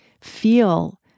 feel